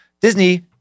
Disney